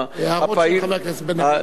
הערות של חבר הכנסת בן-ארי.